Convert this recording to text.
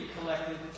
collected